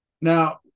Now